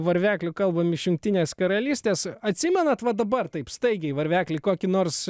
varvekliu kalbam iš jungtinės karalystės atsimenat va dabar taip staigiai varvekli kokį nors